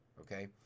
Okay